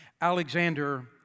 Alexander